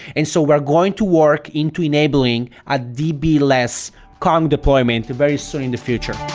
and so we're going to work into enabling a db less kong deployment very soon in the future.